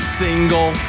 single